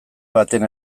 baten